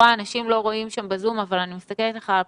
אנשים לא רואים בזום אבל אני מסתכלת לך על הפנים,